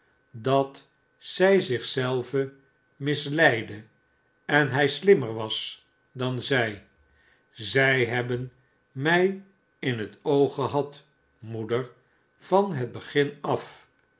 dat zij zich zelve misleidde en hij slimmer was dan zij zij hebben mij in het oog gehad moeder van het begin af